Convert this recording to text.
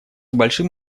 большим